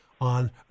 on